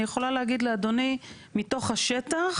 אני יכולה להגיד לאדוני, מתוך השטח,